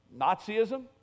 Nazism